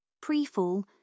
Pre-fall